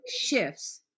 shifts